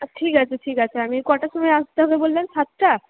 ঠিক আছে ঠিক আছে আমি কটার সময় আসতে হবে বলবেন সাতটা